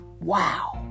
wow